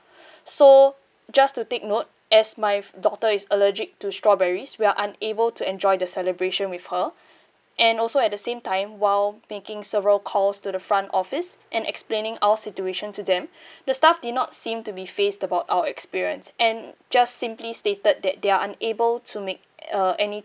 so just to take note as my daughter is allergic to strawberries we are unable to enjoy the celebration with her and also at the same time while making several calls to the front office and explaining our situation to them the staff did not seem to be fazed about our experience and just simply stated that they are unable to make uh any